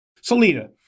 Salida